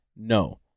no